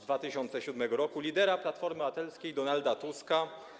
2007 r. lidera Platformy Obywatelskiej Donalda Tuska: